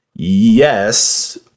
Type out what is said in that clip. Yes